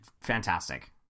fantastic